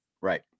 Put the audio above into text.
right